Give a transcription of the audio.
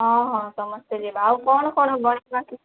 ହଁ ହଁ ସମସ୍ତେ ଯିବା ଆଉ କ'ଣ କ'ଣ